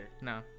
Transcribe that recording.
No